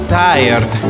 tired